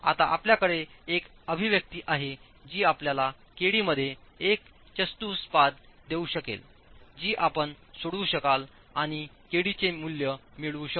आता आपल्याकडे एक अभिव्यक्ती आहेजी आपल्यालाkd मध्येएकचतुष्पाददेऊ शकेलजी आपण सोडवू शकाल आणिkd चेमूल्य मिळवूशकू